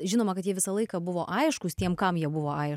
žinoma kad jie visą laiką buvo aiškūs tiem kam jie buvo ai